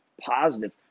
positive